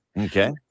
okay